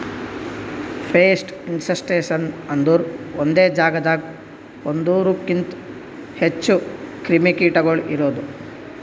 pest infestations ಅಂದುರ್ ಒಂದೆ ಜಾಗದಾಗ್ ಒಂದೂರುಕಿಂತ್ ಹೆಚ್ಚ ಕ್ರಿಮಿ ಕೀಟಗೊಳ್ ಇರದು